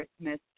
Christmas